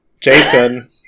Jason